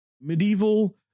medieval